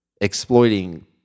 exploiting